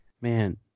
Man